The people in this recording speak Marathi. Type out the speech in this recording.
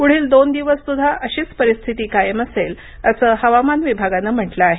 पुढील दोन दिवस सुद्धा अशीच परिस्थिती कायम असेल असं हवामान विभागानं म्हटलं आहे